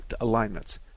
Alignments